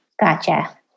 Gotcha